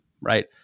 right